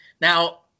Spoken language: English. Now